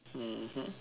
mmhmm